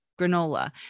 granola